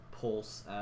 Pulse